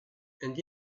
and